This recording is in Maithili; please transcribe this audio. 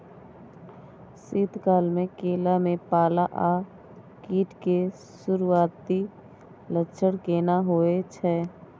शीत काल में केला में पाला आ कीट के सुरूआती लक्षण केना हौय छै?